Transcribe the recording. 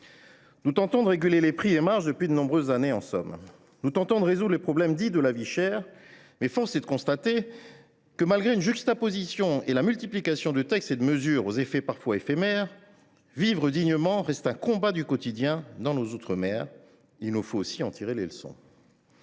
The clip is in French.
Nous tentons en somme de réguler les prix et les marges depuis de nombreuses années, de résoudre le problème dit de la vie chère, mais force est de constater que, malgré la juxtaposition et la multiplication de textes et de mesures aux effets parfois éphémères, vivre dignement reste un combat du quotidien en outre mer. Nous devons en tirer les leçons.